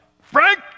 Frank